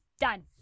Done